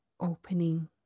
opening